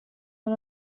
són